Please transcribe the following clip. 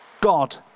God